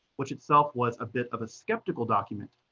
which itself was a bit of a skeptical document.